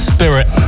Spirit